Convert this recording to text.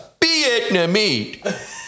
Vietnamese